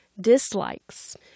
dislikes